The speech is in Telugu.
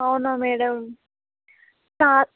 అవునా మేడమ్ కాదు